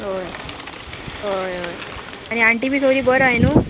हय हय होय आनी आंटी बी सोरी बरो हाय न्हू